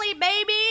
baby